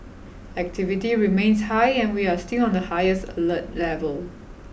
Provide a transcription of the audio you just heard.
activity remains high and we are still on the highest alert level